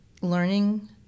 learning